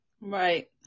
right